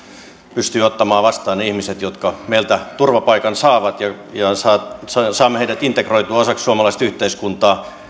pystyy ottamaan vastaan ne ihmiset jotka meiltä turvapaikan saavat ja saamme heidät integroitua osaksi suomalaista yhteiskuntaa